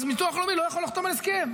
אז ביטוח לאומי לא יכול לחתום על הסכם.